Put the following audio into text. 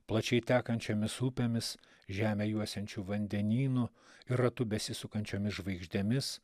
plačiai tekančiomis upėmis žemę juosiančiu vandenynu ir ratu besisukančiomis žvaigždėmis